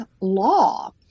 law